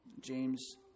James